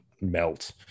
melt